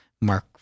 Mark